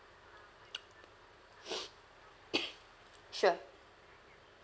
sure